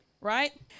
right